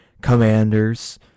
Commanders